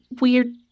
weird